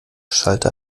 schalter